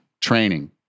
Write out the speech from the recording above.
training